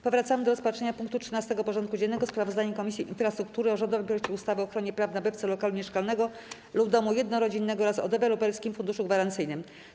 Powracamy do rozpatrzenia punktu 13. porządku dziennego: Sprawozdanie Komisji Infrastruktury o rządowym projekcie ustawy o ochronie praw nabywcy lokalu mieszkalnego lub domu jednorodzinnego oraz o Deweloperskim Funduszu Gwarancyjnym.